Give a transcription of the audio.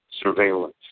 surveillance